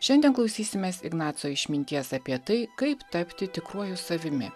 šiandien klausysimės ignaco išminties apie tai kaip tapti tikruoju savimi